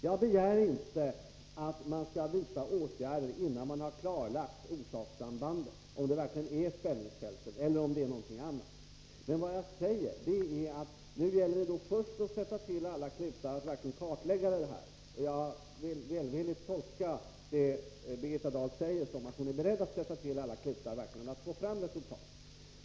Jag begär inte att man skall vidta åtgärder, innan man bar klarlagt orsakssambandet — om det verkligen är högspänningsfälten eller om det är någonting annat. Men nu gäller det först att sätta till alla klutar för att få till stånd en kartläggning. Jag önskar välvilligt tolka Birgitta Dahls uttalanden som att hon är beredd att verkligen sätta till alla klutar för att få fram resultat.